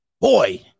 Boy